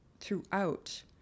throughout